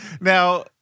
now